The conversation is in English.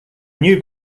new